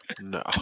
No